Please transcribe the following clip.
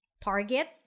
target